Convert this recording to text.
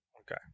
Okay